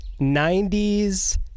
90s